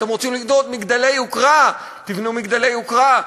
אתם רוצים לבנות מגדלי יוקרה, תבנו מגדלי יוקרה.